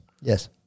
Yes